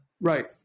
Right